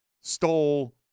stole